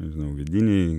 nežinau vidiniai